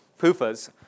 PUFAs